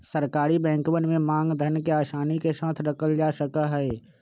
सरकारी बैंकवन में मांग धन के आसानी के साथ रखल जा सका हई